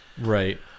right